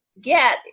get